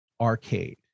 arcade